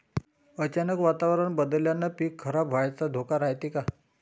अचानक वातावरण बदलल्यानं पीक खराब व्हाचा धोका रायते का?